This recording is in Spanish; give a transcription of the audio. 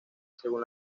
según